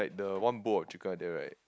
like the one bowl of chicken like that right